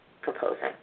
proposing